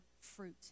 fruit